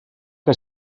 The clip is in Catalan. que